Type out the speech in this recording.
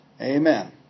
Amen